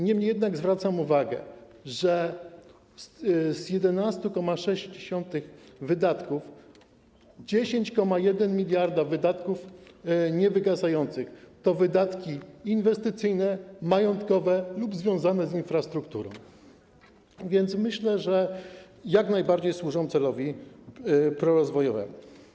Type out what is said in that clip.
Niemniej jednak zwracam uwagę, że z 11,6 mld wydatków 10,1 mld wydatków niewygasających to wydatki inwestycyjne, majątkowe lub związane z infrastrukturą, więc myślę, że jak najbardziej służą celowi prorozwojowemu.